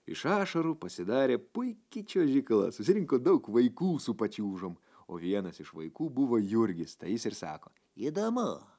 iš ašarų pasidarė puiki čiuožykla susirinko daug vaikų su pačiūžom o vienas iš vaikų buvo jurgis tai jis ir sako įdomu